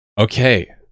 okay